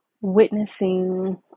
witnessing